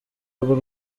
bw’u